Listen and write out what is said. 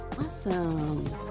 Awesome